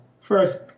first